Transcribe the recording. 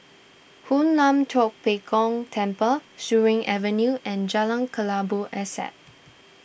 Hoon Lam Tua Pek Kong Temple Surin Avenue and Jalan Kelabu Asap